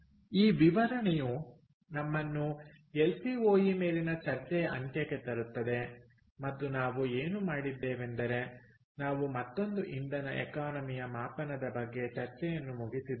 ಈ ವಿವರಣೆಯು ನಮ್ಮನ್ನು ಎಲ್ಸಿಒಇ ಮೇಲಿನ ಚರ್ಚೆಯ ಅಂತ್ಯಕ್ಕೆ ತರುತ್ತದೆ ಮತ್ತು ನಾವು ಏನು ಮಾಡಿದ್ದೇವೆಂದರೆ ನಾವು ಮತ್ತೊಂದು ಇಂಧನ ಎಕಾನಮಿಯ ಮಾಪನದ ಬಗ್ಗೆ ಚರ್ಚೆಯನ್ನು ಮುಗಿಸಿದ್ದೇವೆ